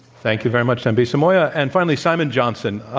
thank you very much, dambisa moyo. and finally, simon johnson.